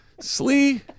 Slee